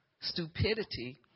stupidity